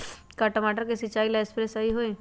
का टमाटर के सिचाई ला सप्रे सही होई?